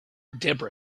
debra